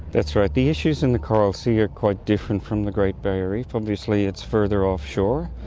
that's right. the issues in the coral sea are quite different from the great barrier reef. obviously it's further offshore,